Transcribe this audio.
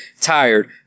tired